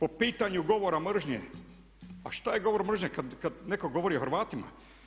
Po pitanju govora mržnje a šta je govor mržnje kad netko govori o Hrvatima?